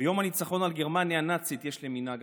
ביום הניצחון על גרמניה הנאצית יש לי מנהג,